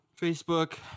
Facebook